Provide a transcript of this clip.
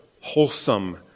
wholesome